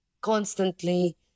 constantly